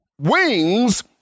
wings